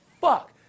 fuck